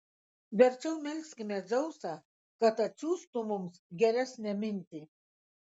verčiau melskime dzeusą kad atsiųstų mums geresnę mintį